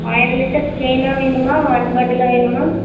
ஆயிரம் லிட்டர் கேனா வேணுமா வாட்டர் பாட்டிலாக வேணுமா